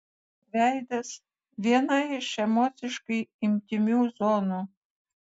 veidas viena iš emociškai intymių zonų